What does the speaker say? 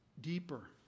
deeper